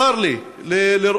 צר לי לראות,